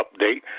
update